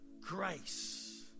grace